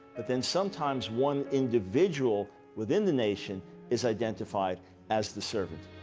but then sometimes one individual within the nation is identified as the servant.